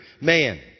man